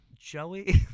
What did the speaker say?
joey